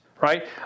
right